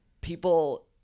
people